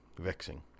vexing